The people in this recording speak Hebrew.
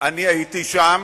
אני הייתי שם,